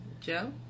Joe